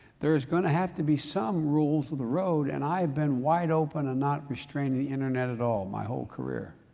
there is going to have to be some rules for the road and i have been wide open on and not restraining internet at all, my whole career